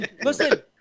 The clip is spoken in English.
Listen